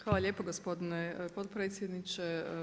Hvala lijepo gospodine potpredsjedniče.